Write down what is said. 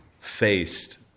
faced